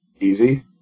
easy